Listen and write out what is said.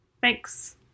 Thanks